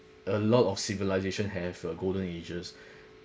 a lot of civilisation have a golden ages